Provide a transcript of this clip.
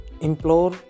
implore